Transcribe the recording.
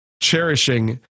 cherishing